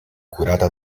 curata